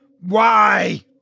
Why